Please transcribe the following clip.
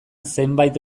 zenbait